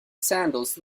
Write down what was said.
sandals